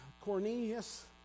Cornelius